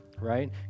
Right